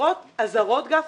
החברות הזרות, גפני,